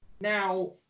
now